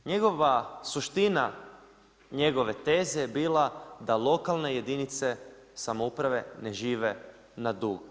Njegova suština njegove teze je bila da lokalne jedinice samouprave ne žive na dug.